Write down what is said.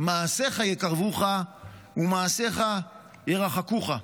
"מעשיך יקרבוך ומעשיך ירחקוך".